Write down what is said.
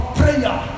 prayer